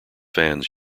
fans